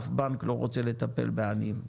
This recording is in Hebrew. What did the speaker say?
אף בנק לא רוצה לטפל בעניים.